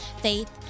faith